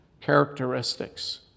characteristics